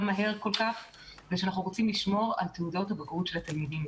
מהר ושאנחנו רוצים לשמור על תעודות הבגרות של התלמידים.